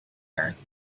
earth